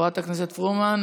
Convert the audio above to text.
חברת הכנסת פרומן.